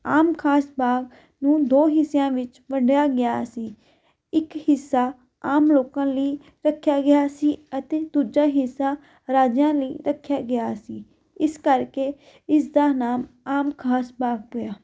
ਆਮ ਖਾਸ ਬਾਗ ਨੂੰ ਦੋ ਹਿੱਸਿਆਂ ਵਿੱਚ ਵੰਡਿਆ ਗਿਆ ਸੀ ਇੱਕ ਹਿੱਸਾ ਆਮ ਲੋਕਾਂ ਲਈ ਰੱਖਿਆ ਗਿਆ ਸੀ ਅਤੇ ਦੂਜਾ ਹਿੱਸਾ ਰਾਜਿਆਂ ਲਈ ਰੱਖਿਆ ਗਿਆ ਸੀ ਇਸ ਕਰਕੇ ਇਸ ਦਾ ਨਾਮ ਆਮ ਖਾਸ ਬਾਗ ਪਿਆ